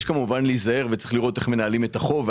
יש כמובן להיזהר וצריך לראות איך מנהלים את החוב,